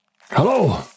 Hello